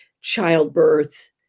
childbirth